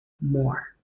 more